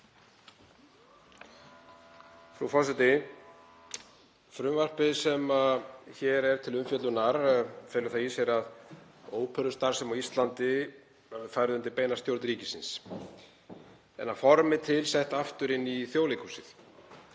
Frú forseti. Frumvarpið sem hér er til umfjöllunar felur það í sér að óperustarfsemi á Íslandi fari undir beina stjórn ríkisins en verði að formi til sett aftur inn í Þjóðleikhúsið.